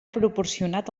proporcionat